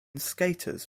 skaters